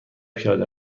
پیاده